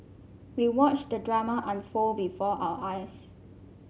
we watched the drama unfold before our eyes